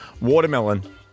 Watermelon